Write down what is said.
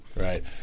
Right